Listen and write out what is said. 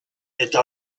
eta